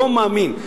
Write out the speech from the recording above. לא מאמין.